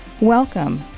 Welcome